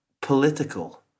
political